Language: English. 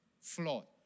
flawed